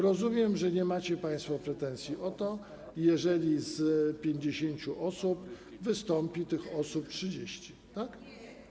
Rozumiem, że nie macie państwo pretensji o to, że z 50 osób wystąpi tych osób 30, tak?